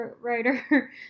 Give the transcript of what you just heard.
writer